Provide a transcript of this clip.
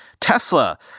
Tesla